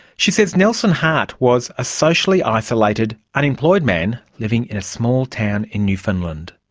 she says nelson hart was a socially isolated unemployed man living in a small town in newfoundland.